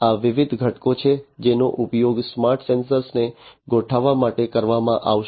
આ વિવિધ ઘટકો છે જેનો ઉપયોગ સ્માર્ટ સેન્સર ને ગોઠવવા માટે કરવામાં આવશે